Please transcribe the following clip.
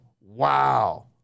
Wow